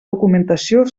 documentació